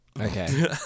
Okay